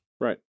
Right